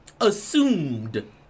assumed